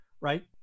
right